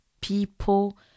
people